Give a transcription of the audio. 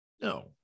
No